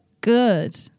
good